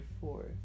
four